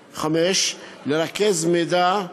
5. לרכז מידע,